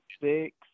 six